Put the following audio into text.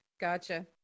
Gotcha